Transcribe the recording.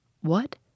What